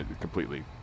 completely